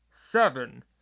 Seven